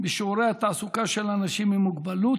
בשיעורי התעסוקה של אנשים עם מוגבלות,